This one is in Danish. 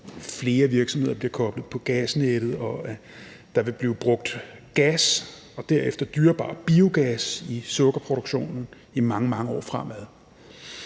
flere virksomheder bliver koblet på gasnettet, og at der vil blive brugt gas og derefter dyrebar biogas i sukkerproduktionen i mange, mange år fremad.